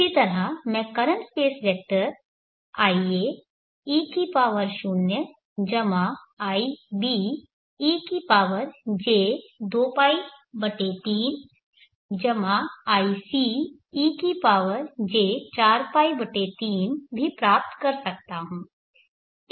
इसी तरह मैं current space vector iae0 ibe j2π3 icej4π3 भी प्राप्त कर सकता हूं